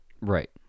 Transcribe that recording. Right